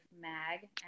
Mag